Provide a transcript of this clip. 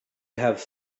have